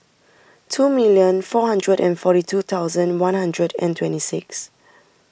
two million four hundred and forty two thousand one hundred and twenty six